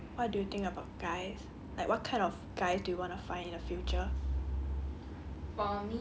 ya then what's your ideal type what do you think about guys like what kind of guys do you want to find in the future